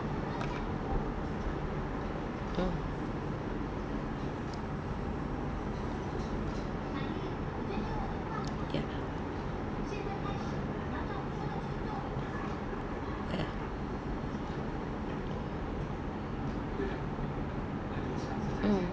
mm mm ya ya mm